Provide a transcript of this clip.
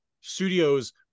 studios